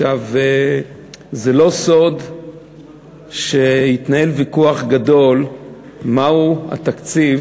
זה לא סוד שהתנהל ויכוח גדול מהו התקציב